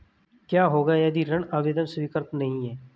क्या होगा यदि ऋण आवेदन स्वीकृत नहीं है?